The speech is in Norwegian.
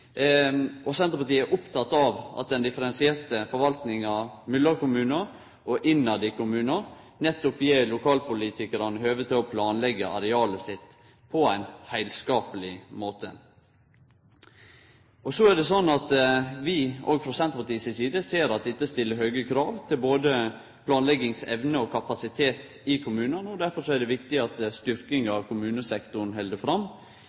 Senterpartiet er oppteke av at den differensierte forvaltninga mellom kommunar og i kommunar nettopp gjev lokalpolitikarane høve til å planleggje arealet sitt på ein heilskapleg måte. Så er det slik at òg vi frå Senterpartiet si side ser at dette stiller høge krav til både planleggingsevne og -kapasitet i kommunane, og derfor er det viktig at styrking av kommunesektoren held fram,